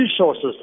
resources